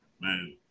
Man